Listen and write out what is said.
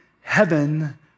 heaven